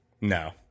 No